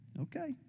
Okay